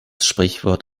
sprichwort